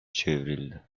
çevrildi